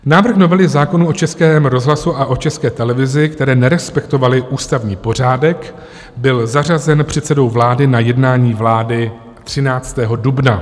Návrh novely zákonů o Českém rozhlasu a o České televizi, které (?) nerespektovaly ústavní pořádek, byl zařazen předsedou vlády na jednání vlády 13. dubna.